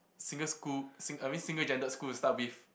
single school sing~ I mean single gendered school to start with